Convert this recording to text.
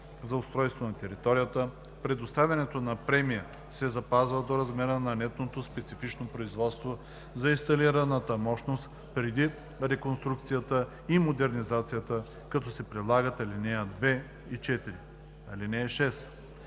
за устройство на територията, предоставянето на премия се запазва до размера на нетното специфично производство за инсталираната мощност преди реконструкцията и модернизацията, като се прилагат ал. 2 и 4. (6)